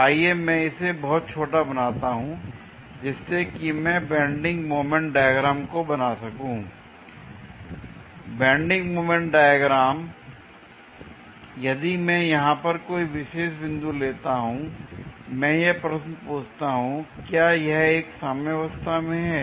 आइए मैं इसे बहुत छोटा बनाता हूं जिससे कि मैं बेंडिंग मोमेंट डायग्राम को बना सकूं l बेंडिंग मोमेंट डायग्राम यदि मैं यहां पर कोई विशेष बिंदु लेता हूं मैं यह प्रश्न पूछता हूं कि क्या यह एक साम्यावस्था में है